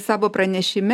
savo pranešime